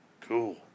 Cool